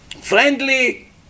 friendly